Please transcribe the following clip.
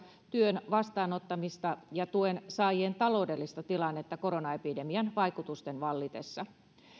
työn vastaanottamista ja tuen saajien taloudellista tilannetta koronaepidemian vaikutusten vallitessa